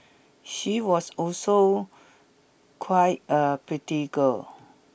she was also quite a pretty girl